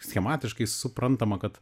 schematiškai suprantama kad